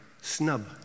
snub